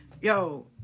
yo